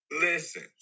listen